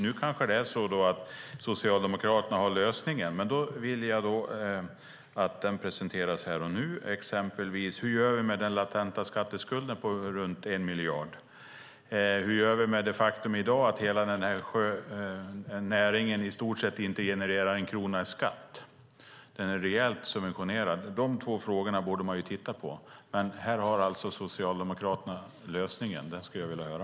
Nu kanske det är så att Socialdemokraterna har lösningen, men då vill jag att den presenteras här och nu. Det gäller exempelvis hur vi gör med den latenta skatteskulden på runt en miljard. Och hur gör vi med det faktum att hela denna näring i stort sett inte genererar en krona i skatt i dag? Den är rejält subventionerad. Dessa två frågor borde man titta på, men här har alltså Socialdemokraterna lösningen. Den skulle jag vilja höra.